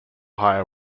hire